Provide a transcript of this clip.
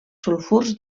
sulfurs